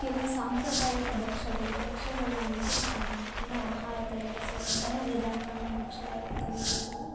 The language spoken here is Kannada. ಕೆಲವು ಸಾಂಪ್ರದಾಯಿಕ ಭಕ್ಷ್ಯಗಳು ಭಕ್ಷ್ಯಗಳು ಅಂದರೆ ಉಪಹಾರ ಅಂದರೆ ಆಹಾರ ತಯಾರಿಸುವಂತಹ ವಿಧಾನವನ್ನು ಭಕ್ಷ್ಯಗಳಂತನೇ ಹೇಳ್ಬೋದು